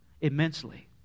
immensely